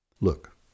Look